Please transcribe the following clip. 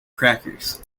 crackers